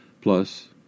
Plus